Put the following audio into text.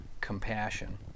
compassion